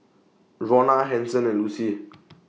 Rona Hanson and Lucy